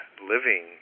living